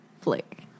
flick